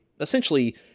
essentially